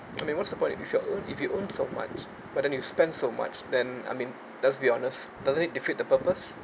I means what's the point if you earned if you earned so much but then you spend so much then I mean let's be honest doesn't it defeats the purpose